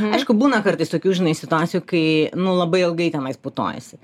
aišku būna kartais tokių žinai situacijų kai nu labai ilgai tenais putojasi